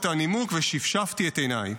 את הנימוק ושפשפתי את עיניי.